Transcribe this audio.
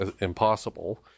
impossible